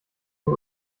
nur